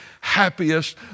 happiest